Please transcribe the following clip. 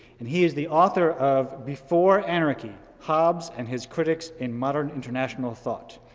and he is the author of before anarchy hobbes and his critics in modern international thought.